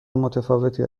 متفاوتی